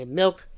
milk